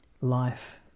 life